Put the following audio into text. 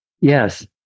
Yes